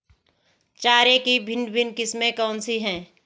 चारे की भिन्न भिन्न किस्में कौन सी हैं?